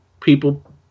people